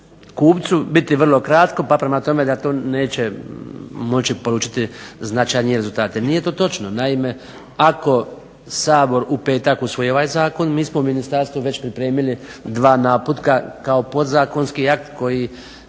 kupcu biti vrlo kratko, pa prema tome da to neće moći polučiti značajnije rezultate. Nije to točno. Naime, ako SAbor u petak usvoji ovaj zakon, mi smo u ministarstvu već pripremili dva naputka kao podzakonski akt koji